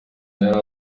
yari